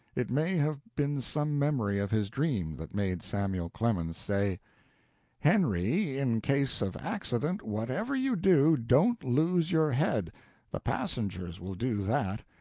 it may have been some memory of his dream that made samuel clemens say henry, in case of accident, whatever you do, don't lose your head the passengers will do that.